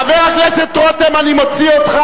חבר הכנסת רותם, עוד מלה אחת אני מוציא אותך.